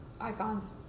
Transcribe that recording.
Icons